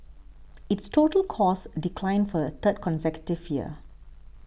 its total costs declined for the third consecutive year